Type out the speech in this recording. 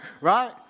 Right